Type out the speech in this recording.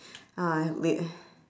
ah wait